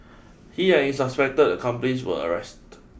he and his suspected accomplice were arrest